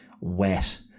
wet